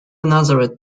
nazareth